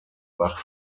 bach